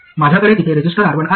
माझ्याकडे तिथे resistor R1 आहे